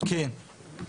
כן.